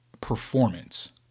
performance